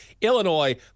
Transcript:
Illinois